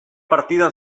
partidan